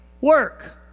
work